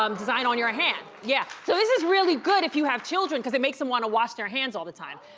um design on your hand. yeah. so this is really good if you have children, cause it makes em wanna wash their hands all the time.